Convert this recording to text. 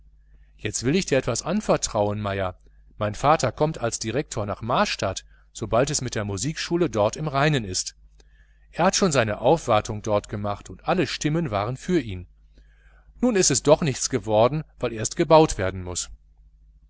jetzt will ich dir etwas anvertrauen meier mein vater kommt als direktor nach marstadt sobald es mit der musikschule dort im reinen ist er hat schon seine aufwartung dort gemacht und alle stimmen waren für ihn nur ist es noch nichts geworden weil erst gebaut werden muß